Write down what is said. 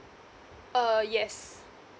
uh yes